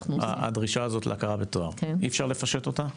הדרישה הזו להכרה בתואר, אי אפשר לפשט אותה?